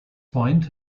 point